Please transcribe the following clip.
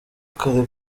kare